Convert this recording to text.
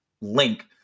link